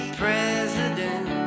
president